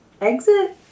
exit